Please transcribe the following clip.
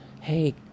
Hey